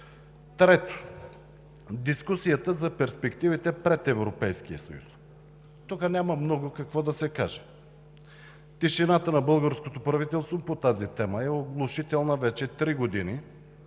Трето, дискусията за перспективите пред Европейския съюз. Тук няма много какво да се каже. Тишината на българското правителство по тази тема е оглушителна вече три години,